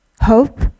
hope